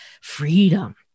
freedom